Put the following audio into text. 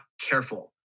careful